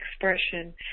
expression